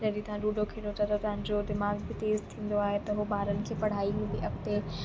जॾहिं तव्हां लूडो खेॾो था त तव्हांजो दिमाग़ बि तेज़ु थींदो आहे त उहो ॿारनि खे पढ़ाईअ में बि अॻिते